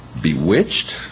Bewitched